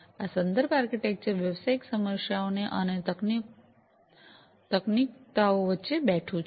આ સંદર્ભ આર્કિટેક્ચર વ્યવસાયિક સમસ્યાઓ અને તકનીકીતાઓ વચ્ચે બેઠું છે